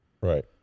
Right